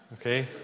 okay